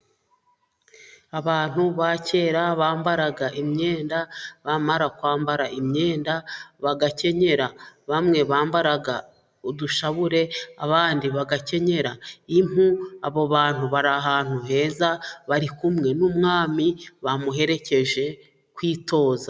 Abantu ba kera bambaraga imyenda, bamara kwambara imyenda bagakenyera. Bamwe bambaraga udushabure, abandi bagakenyera impu. Abo bantu bari ahantu heza bari kumwe n'umwami bamuherekeje kwitoza.